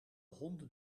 honden